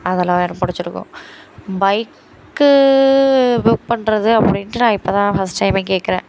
அதெலாம் எனக்கு பிடிச்சிருக்கும் பைக்கு புக் பண்ணுறது அப்படின்ட்டு நான் இப்போ தான் ஃபர்ஸ்ட் டைம்மே கேட்குறேன்